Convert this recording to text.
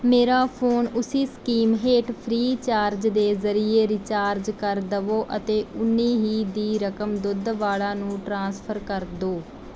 ਮੇਰਾ ਫੋਨ ਉਸੀ ਸਕੀਮ ਹੇਠ ਫ੍ਰੀਚਾਰਜ ਦੇ ਜ਼ਰੀਏ ਰਿਚਾਰਜ ਕਰ ਦਵੋ ਅਤੇ ਉਨੀ ਹੀ ਦੀ ਰਕਮ ਦੁੱਧ ਵਾਲਾ ਨੂੰ ਟ੍ਰਾਂਸਫਰ ਕਰ ਦੋ